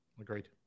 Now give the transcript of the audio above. agreed